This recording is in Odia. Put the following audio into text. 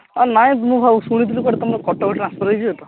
ନାଇଁ ମୁଁ ଶୁଣିଥିଲି କୁଆଡ଼େ ତୁମର କଟକ ଟ୍ରାନ୍ସଫର ହେଇଯିବ ତ